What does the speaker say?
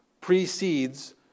precedes